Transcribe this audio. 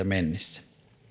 mennessä